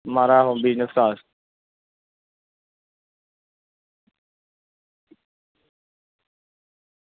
म्हाराज ओह् business class